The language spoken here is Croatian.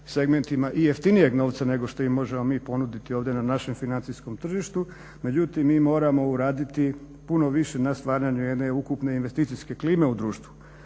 segmentima i jeftinijeg novca nego što im možemo mi ponuditi ovdje na našem financijskom tržištu, međutim mi moramo uraditi puno više na stvaranju jedne ukupne investicijske klime u društvu.